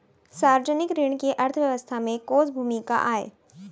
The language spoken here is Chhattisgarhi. सार्वजनिक ऋण के अर्थव्यवस्था में कोस भूमिका आय?